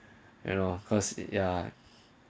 you know cause it !yay!